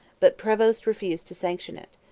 but prevost refused to sanction it.